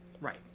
right